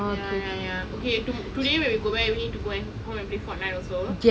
ya ya ya okay to today when we go back we need to go and play Fortnite also